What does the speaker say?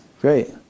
Great